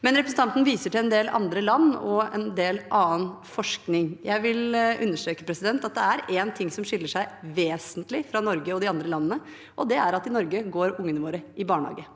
nå. Representanten viser til en del andre land og annen forskning. Jeg vil understreke at det er én ting som skiller Norge vesentlig fra de andre landene. Det er at i Norge går barna i barnehage.